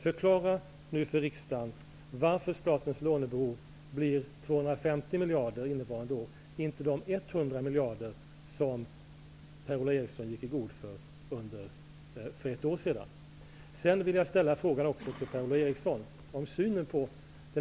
Förklara för riksdagen varför statens lånebehov blir 250 miljarder under innevarande år och inte de 100 miljarder som Per-Ola Eriksson för ett år sedan gick i god för!